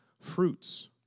fruits